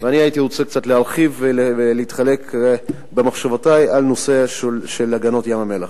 אני הייתי רוצה קצת להרחיב ולחלוק את מחשבותי על הנושא של הגנת ים-המלח,